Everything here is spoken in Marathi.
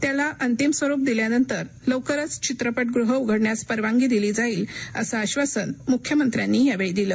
त्याला अंतिम स्वरुप दिल्यानंतर लवकरच चित्रप गृहं उघडण्यास परवानगी दिली जाईल असं आश्वासन मुख्यमंत्र्यांनी यावेळी दिलं